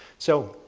so,